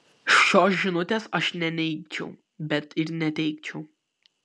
šios žinutės aš neneigčiau bet ir neteigčiau